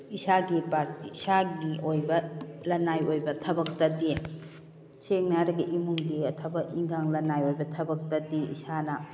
ꯏꯁꯥꯒꯤ ꯄꯥꯔꯠ ꯏꯁꯥꯒꯤ ꯑꯣꯏꯕ ꯂꯅꯥꯏ ꯑꯣꯏꯕ ꯊꯕꯛꯇꯗꯤ ꯁꯦꯡꯅ ꯍꯥꯏꯔꯒ ꯏꯃꯨꯡꯒꯤ ꯊꯕꯛ ꯏꯟꯈꯥꯡ ꯂꯅꯥꯏ ꯑꯣꯏꯕ ꯊꯕꯛꯇꯗꯤ ꯏꯁꯥꯅ